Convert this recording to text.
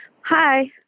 Hi